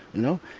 know.